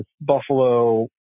Buffalo